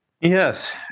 Yes